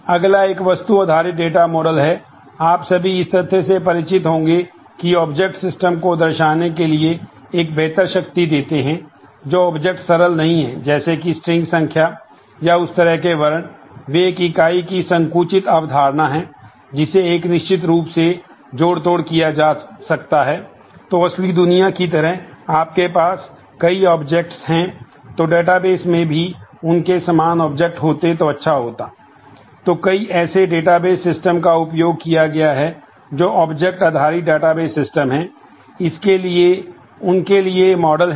अगला एक वस्तु आधारित डेटा मॉडल हैं